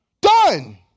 Done